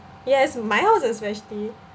yes my house especially